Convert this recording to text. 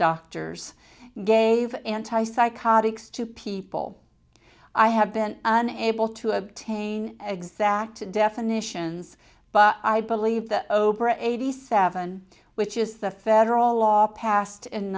doctors gave anti psychotics to people i have been able to obtain exact definitions but i believe the obra eighty seven which is the federal law passed in